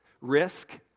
Risk